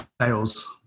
sales